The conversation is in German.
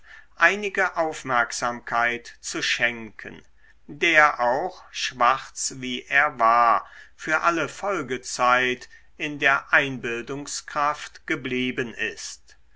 einige aufmerksamkeit zu schenken der auch schwarz wie er war für alle folgezeit in der einbildungskraft geblieben ist